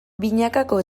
binakako